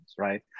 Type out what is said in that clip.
right